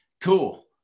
cool